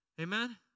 Amen